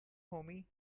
homies